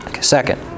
Second